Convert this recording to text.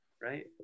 right